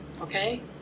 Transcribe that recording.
okay